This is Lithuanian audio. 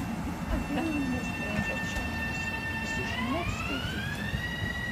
vieną dieną nusprendžia čarlis jis išmoks skaityti